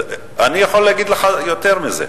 יותר מזה,